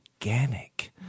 organic